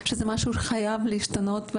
שזה משהו שחייב להשתנות,